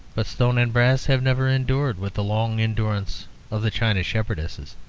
but stone and brass have never endured with the long endurance of the china shepherdess.